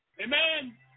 Amen